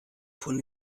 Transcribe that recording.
von